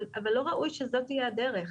אבל לא ראוי שזאת תהיה הדרך,